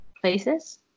places